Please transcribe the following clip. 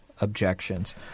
objections